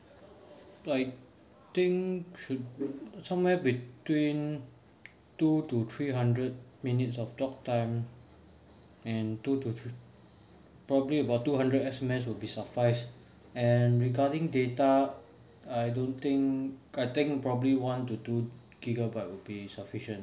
I think should somewhere between two to three hundred minutes of talk time and two to fif~ probably about two hundred S_M_S would be suffice and regarding data I don't think I think probably one to two gigabyte would be sufficient